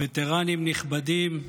וטרנים נכבדים,